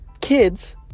kids